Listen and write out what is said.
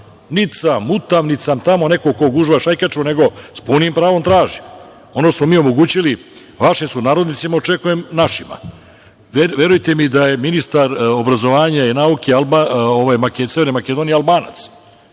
sam mutav, niti sam tamo neko ko gužva šajkaču, nego sa punim pravom tražim, ono što smo mi omogućili vašim sunarodnicima, očekujem našima. Verujte mi da je ministar obrazovanja i nauke, Severne Makedonije, Albanac.